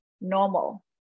normal